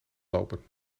lopen